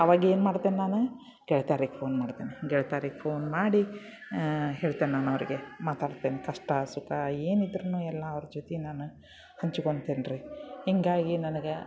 ಅವಾಗೇನು ಮಾಡ್ತೇನೆ ನಾನು ಗೆಳತ್ಯಾರಿಗೆ ಫೋನ್ ಮಾಡ್ತೇನೆ ಗೆಳತ್ಯಾರಿಗೆ ಫೋನ್ ಮಾಡಿ ಹೇಳ್ತೇನೆ ನಾನು ಅವರಿಗೆ ಮಾತಾಡ್ತೇನೆ ಕಷ್ಟ ಸುಖ ಏನಿದ್ರೂ ಎಲ್ಲ ಅವ್ರ ಜೊತೆ ನಾನು ಹಂಚ್ಕೊತೇನ್ರಿ ಹೀಗಾಗಿ ನನ್ಗೆ